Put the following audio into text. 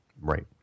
Right